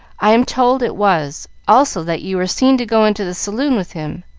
i am told it was also that you were seen to go into the saloon with him.